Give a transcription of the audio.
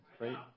right